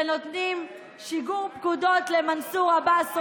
ונותנים שיגור פקודות למנסור עבאס,